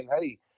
hey